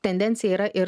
tendencija yra ir